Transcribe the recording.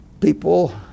people